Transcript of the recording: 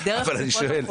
אבל אני שואל,